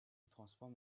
transforme